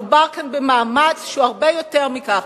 מדובר כאן במאמץ שהוא הרבה יותר מכך.